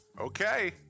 Okay